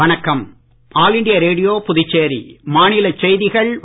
வணக்கம் All India Radio Puducherry மாநிலச் செய்திகள் வாசிப்பவர்